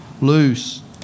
loose